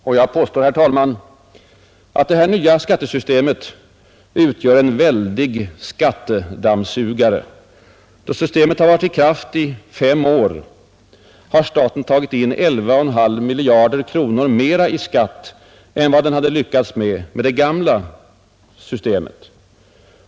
Och jag påstår, herr talman, att det nya skattesystemet utgör en väldig skattedammsugare. När systemet varit i kraft fem år har staten tagit in 11 1/2 miljarder kronor mera i skatt än vad staten skulle ha lyckats ta in med det gamla systemet.